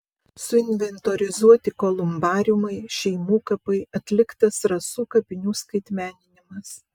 suinventorizuoti kolumbariumai šeimų kapai atliktas rasų kapinių skaitmeninimas